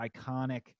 iconic